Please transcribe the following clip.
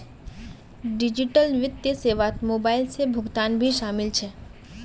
digital वित्तीय सेवात mobile से भुगतान भी शामिल छे